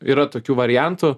yra tokių variantų